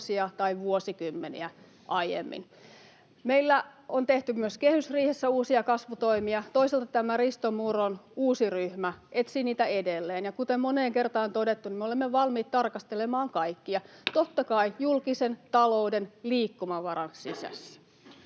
tai vuosikymmeniä aiemmin. Meillä on tehty myös kehysriihessä uusia kasvutoimia. Toisaalta tämä Risto Murron uusi ryhmä etsii niitä edelleen. Ja kuten on moneen kertaan todettu, me olemme valmiita tarkastelemaan kaikkia, totta kai julkisen talouden liikkumavaran sisässä.